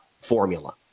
formula